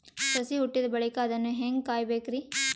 ಸಸಿ ಹುಟ್ಟಿದ ಬಳಿಕ ಅದನ್ನು ಹೇಂಗ ಕಾಯಬೇಕಿರಿ?